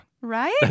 Right